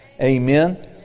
Amen